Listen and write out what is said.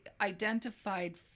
identified